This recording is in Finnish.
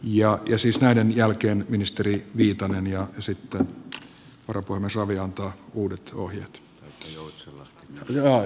ja siis näiden jälkeen ministeri viitanen ja sitten varapuhemies ravi antaa uudet ohjeet